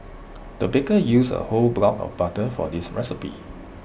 the baker used A whole block of butter for this recipe